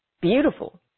Beautiful